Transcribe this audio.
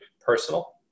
personal